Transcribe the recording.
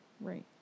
Right